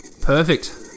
Perfect